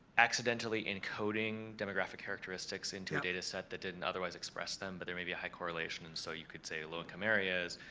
accidentally encoding demographic characteristics into a data set that didn't otherwise express them. but there may be a high correlation, and so you could say low-income areas,